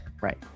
Right